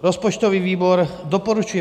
Rozpočtový výbor doporučuje